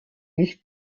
nicht